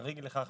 חריג לכך,